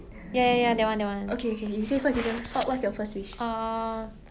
yeah yeah that one that one um